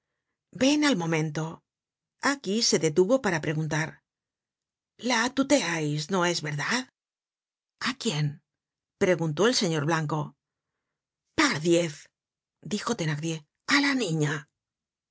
ven al momento aquí se detuvo para preguntar la tuteais no es verdad a quién preguntó el señor blanco pardiez dijo thenardier á la niña